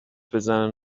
بزنن